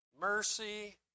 mercy